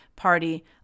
party